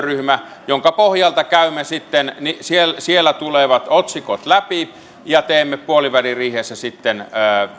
mietintönsä työnsä jonka pohjalta käymme siellä siellä tulevat otsikot läpi ja teemme puoliväliriihessä